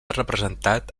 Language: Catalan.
representat